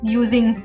using